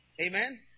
Amen